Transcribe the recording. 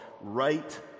right